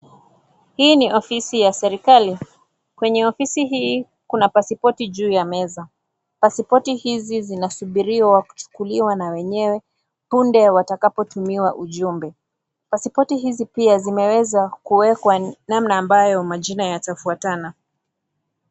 Hii ni ofisi ya serikali. Kwenye ofisi hii kuna pasipoti juu ya meza. Pasipoti hizi zinasubiria kuchukuliwa na wenyewe punde watakapotumiwa ujumbe. Pasipoti hizi pia zimeweza kuwekwa namna ambayo majina yatafuatana.